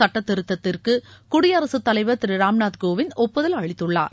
சட்டத்திருத்தத்திற்கு குடியரசுத் தலைவர் திரு ராம்நாத் கோவிந்த் ஒப்புதல் அளித்துள்ளார்